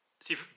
see